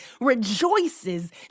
rejoices